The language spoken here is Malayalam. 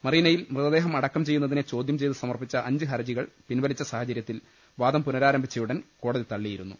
മറീനയിൽ മൃതദേഹം അടക്കം ചെയ്യുന്നതിനെ ചോദ്യം ചെയ്ത് സമർപ്പിച്ച അഞ്ച് ഹർജികൾ പിൻവലിച്ച സാഹചര്യ ത്തിൽ വാദം പുനഃരാരംഭിച്ചയുടൻ കോടതി തളളിയിരു ന്നു